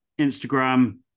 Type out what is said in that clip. Instagram